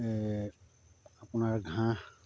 আপোনাৰ ঘাঁহ